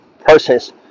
process